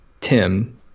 tim